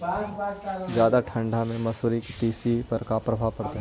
जादा ठंडा से मसुरी, तिसी पर का परभाव पड़तै?